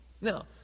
Now